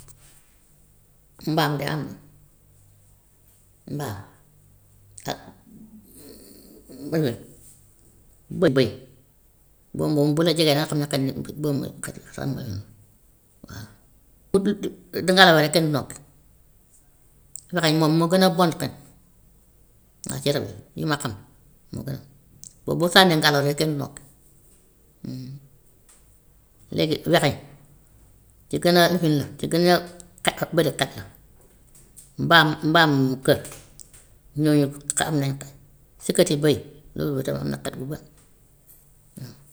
mbaam de am na, mbaam ak bë- bëy boobu moom bu la jegee danga xam ne xet bi boobu mooy xet waaw dangaa rawale kenn du nokki wexeñ moom moo gën a bon xet waa ci rab yi yi ma xam. Boobu bu sànnee ngelaw rek kenn du nokki léegi wexeñ ki gën a kii la ki gën a xet bari xet la, mbaam mbaam kër ñooñu xet nañ, siketi bëy loolu tam am na xet gu bon.